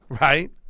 Right